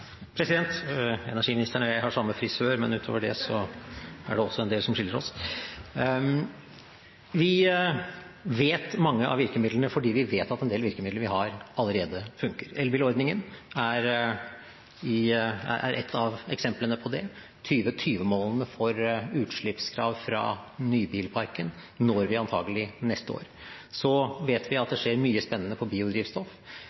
President, energiministeren og jeg har samme frisør, men utover det er det også en del som skiller oss. Vi vet om mange av virkemidlene fordi vi vet at en del virkemidler vi har, allerede funker. Elbilordningen er ett av eksemplene på det. 2020-målene for utslippskrav i den nye bilparken når vi antakelig neste år. Så vet vi at